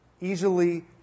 Easily